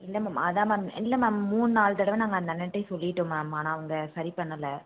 இல்லை மேம் அதான் மேம் இல்லை மேம் மூண் நால் தடவை நாங்கள் அந்த அண்ணன்டேயே சொல்லிவிட்டோம் மேம் ஆனால் அவங்க சரி பண்ணலை